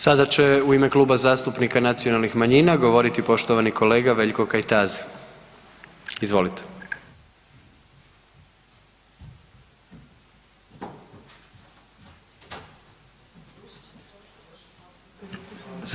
Sada će u ime Kluba zastupnika nacionalnih manjina govoriti poštovani kolega Veljko Kajtazi, izvolite.